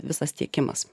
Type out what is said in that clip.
visas tiekimas